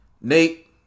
Nate